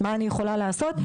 מה אני יכולה לעשות?